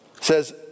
says